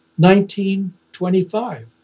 1925